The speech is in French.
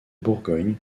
bourgogne